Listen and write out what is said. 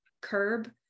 curb